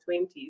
20s